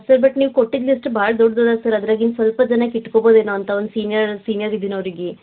sir but ನೀಭೂ ಕೊಟ್ಟಿದ್ದು list ಭಾಳ ದೊಡ್ದು ಅದ ಸರ್ ಅದ್ರಾಗಿನ ಸ್ವಲ್ಪ ಜನಕ್ಕೆ ಇಟ್ಕೋಬೋದು ಏನೋ ಅಂತ ಒಂದು ಸೀನಿಯರ್ ಸೀನಿಯರಿದ್ದಿನವ್ರಿಗೆ